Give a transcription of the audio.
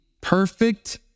perfect